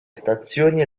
stazioni